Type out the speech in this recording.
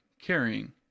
carrying